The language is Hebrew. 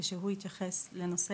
כשהוא התייחס לנושא